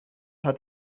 hat